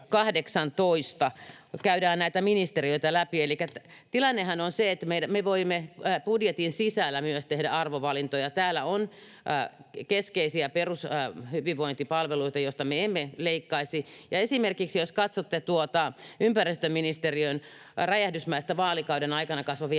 käydään näitä ministeriöitä läpi. Tilannehan on se, että me voimme budjetin sisällä myös tehdä arvovalintoja. Täällä on keskeisiä perus- ja hyvinvointipalveluita, joista me emme leikkaisi. Esimerkiksi jos katsotte noita ympäristöministeriön vaalikauden aikana